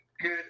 Good